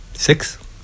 Six